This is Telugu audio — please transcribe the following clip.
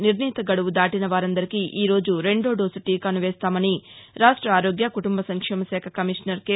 నిర్ణీత గడువు దాటిన వారందరికీ ఈరోజు రెండో డోసు టీకాను వేస్తామని రాష్ట ఆరోగ్య కుటుంబ సంక్షేమశాఖ కమిషనర్ కె